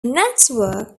network